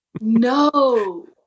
No